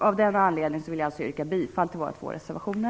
Av den anledningen vill jag yrka bifall till våra två reservationer.